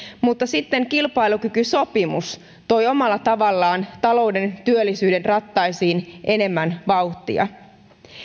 sitten kilpailukykysopimus toi omalla tavallaan talouden työllisyyden rattaisiin enemmän vauhtia